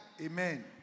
Amen